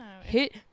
hit